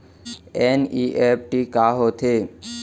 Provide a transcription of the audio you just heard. NEFT का होथे?